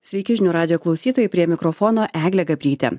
sveiki žinių radijo klausytojai prie mikrofono eglė gabrytė